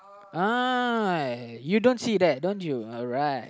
uh you don't see that don't you alright